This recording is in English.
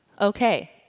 okay